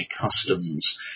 customs